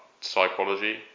psychology